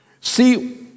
See